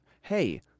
Hey